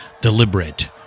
deliberate